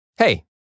Hey